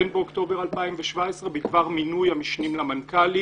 באוקטובר 2017 בדבר מינוי המשנים למנכ"לים